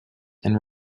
and